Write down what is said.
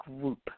group